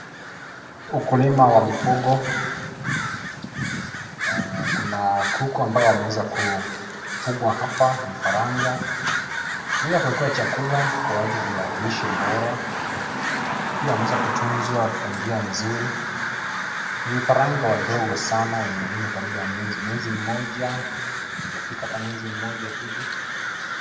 Ukulima wa mifugo , kuna kuku ambao wameweza kufugwa hapa. Vifaranga, ila kuekewa chakula kwa ajili ya lishe bora. Pia wameweza kutunzwa kwa njia nzuri . Ni vifaranga wadogo sana wenye umri karibu wa miezi, mwezi mmoja, hajafika hata mwezi mmoja hivi.